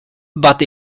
but